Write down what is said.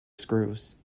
screws